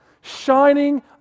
shining